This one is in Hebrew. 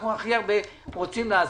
לו אנחנו הכי הרבה רוצים לעזור.